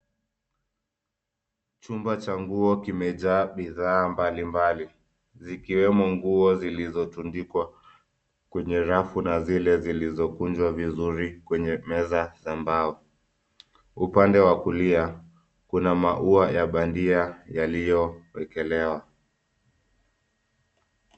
Chumba cha nguo kimejaa bidhaa mbalimbali zikiwemo nguo zilizotundikwa kwenye rafu na zile zilizokunjwa vizuri kwenye meza za mbao. Upande wa kulia, kuna maua ya bandia yaliyowekelewa.